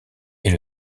est